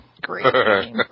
great